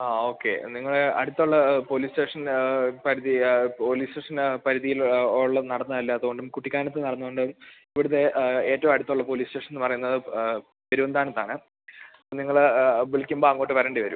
ആ ഓക്കെ നിങ്ങളുടെ അടുത്തുള്ള പോലീസ് സ്റ്റേഷന് പരിധിയിലുള്ള നടന്നതല്ലാത്തതുകൊണ്ടും കുട്ടിക്കാനത്ത് നടന്നതുകൊണ്ടും ഇവിടുത്തെ ആ ഏറ്റവും അടുത്തുള്ള പോലീസ് സ്റ്റേഷനെന്ന് പറയുന്നത് പെരുവന്താനത്താണ് നിങ്ങള് വിളിക്കുമ്പോള് അങ്ങോട്ട് വരേണ്ടിവരും